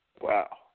Wow